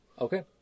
Okay